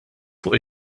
fuq